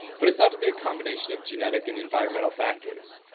but it's thought to be a combination of genetic and environmental factors,